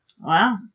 Wow